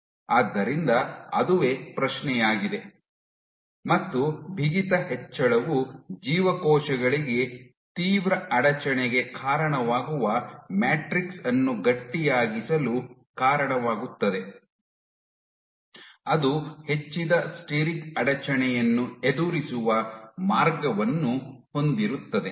ಆದ್ದರಿಂದ ಅದುವೇ ಪ್ರಶ್ನೆಯಾಗಿದೆ ಮತ್ತು ಬಿಗಿತ ಹೆಚ್ಚಳವು ಜೀವಕೋಶಗಳಿಗೆ ತೀವ್ರ ಅಡಚಣೆಗೆ ಕಾರಣವಾಗುವ ಮ್ಯಾಟ್ರಿಕ್ಸ್ ಅನ್ನು ಗಟ್ಟಿಯಾಗಿಸಲು ಕಾರಣವಾಗುತ್ತದೆ ಅದು ಹೆಚ್ಚಿದ ಸ್ಟೆರಿಕ್ ಅಡಚಣೆಯನ್ನು ಎದುರಿಸುವ ಮಾರ್ಗವನ್ನು ಹೊಂದಿರುತ್ತದೆ